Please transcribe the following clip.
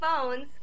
phones